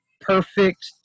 perfect